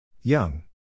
Young